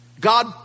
God